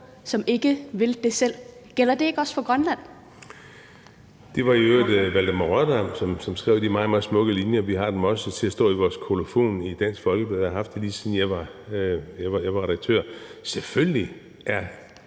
Ordføreren. Kl. 14:57 Søren Espersen (DF): Det var i øvrigt Valdemar Rørdam, som skrev de meget, meget smukke linjer. Vi har dem også til at stå i vores kolofon i Dansk Folkeblad og har haft det, lige siden jeg var redaktør. Selvfølgelig er